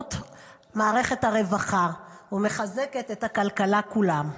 ובמעורבות מערכת הרווחה, ומחזקת את הכלכלה כולה.